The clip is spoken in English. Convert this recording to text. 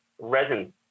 resin